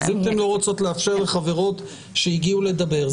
אז אם אתן לא רוצות לאפשר לחברות שהגיעו לדבר,